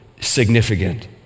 significant